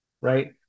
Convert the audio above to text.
Right